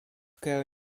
kraju